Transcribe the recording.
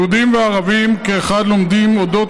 יהודים וערבים כאחד לומדים על אודות